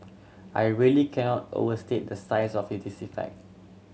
I really cannot overstate the size of this effect